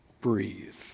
breathe